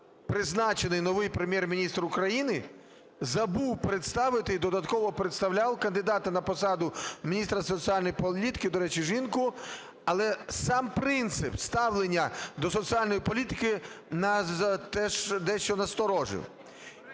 призначений новий Прем'єр-міністр України забув представити і додатково представляв кандидата на посаду міністра соціальної політики, до речі, жінку. Але сам принцип ставлення до соціальної політики нас дещо насторожив.